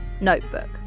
notebook